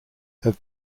have